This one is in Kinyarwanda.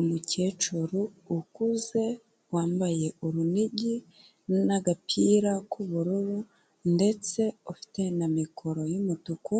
Umukecuru ukuze wambaye urunigi n'agapira k'ubururu ndetse ufite na mikoro y'umutuku,